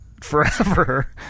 forever